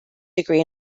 degree